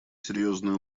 серьезные